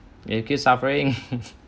you keep suffering